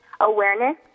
awareness